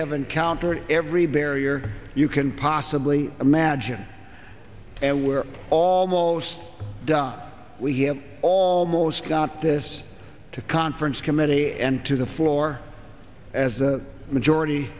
have encountered every barrier you can possibly imagine and we're almost done we have almost got this to conference committee and to the floor as the majority